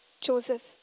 Joseph